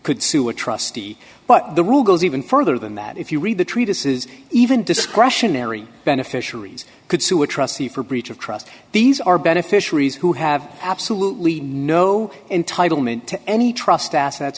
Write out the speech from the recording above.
could sue a trustee but the rule goes even further than that if you read the treatises even discretionary beneficiaries could sue a trustee for breach of trust these are beneficiaries who have absolutely no entitlement to any trust assets